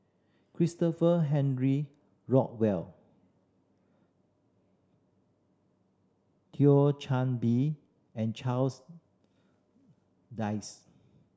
Christopher Henry Rothwell Thio Chan Bee and Charles Dyce